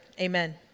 Amen